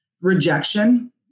rejection